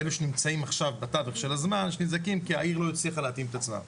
כי העיר לא הצליחה להתאים את עצמה.